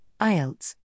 IELTS